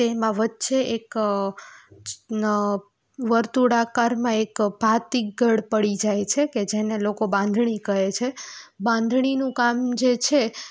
તેમાં વચ્ચે એક વર્તુળાકારમાં એક ભાતી ગડ પડી જાય છે કે જેને લોકો બાંધણી કહે છે બાંધણીનું કામ જે છે